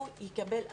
הוא יקבל אזהרה,